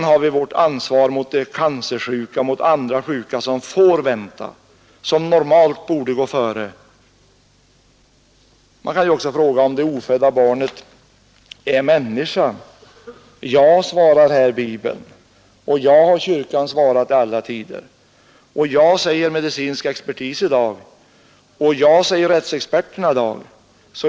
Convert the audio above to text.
Vi har också ett ansvar mot de cancersjuka och mot andra sjuka som nu får vänta men som normalt borde gå före när det gäller att få vård Man kan också fråga om det ofödda barnet är människa. Ja, svarar här Bibeln, och ja har kyrkan svarat i alla tider. Ja säger också medicinsk expertis och det säger också rättsexperterna i dag.